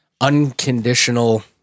unconditional